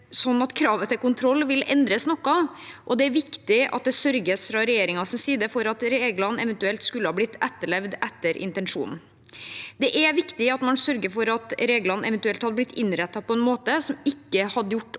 også kravet til kontroll endre seg noe, og det er viktig at det fra regjeringens side sørges for at reglene eventuelt blir etterlevd etter intensjonen. Det er viktig at man sørger for at reglene eventuelt blir innrettet på en måte som ikke gjør